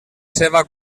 seva